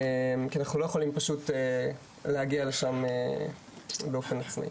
כי אנחנו לא יכולים פשוט להגיע לשם באופן עצמאי.